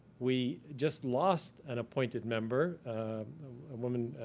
we just lost an appointed member, a woman,